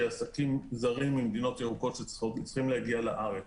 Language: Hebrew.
עסקים זרים ממדינות ירוקות שצריכים להגיע לארץ.